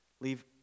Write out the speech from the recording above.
leave